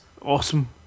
awesome